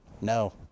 No